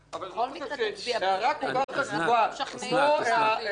בכל מקרה תצביע נגד.